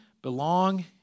belong